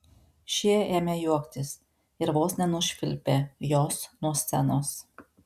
šie ėmė juoktis ir vos nenušvilpė jos nuo scenos